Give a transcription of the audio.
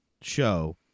show